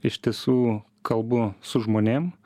iš tiesų kalbu su žmonėm